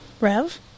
Rev